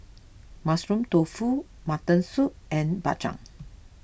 Mushroom Tofu Mutton Soup and Bak Chang